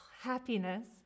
happiness